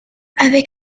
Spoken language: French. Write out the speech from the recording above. avec